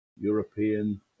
European